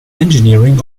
engineering